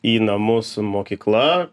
į namus mokykla